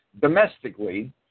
domestically